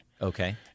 Okay